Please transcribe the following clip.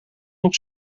nog